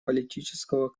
политического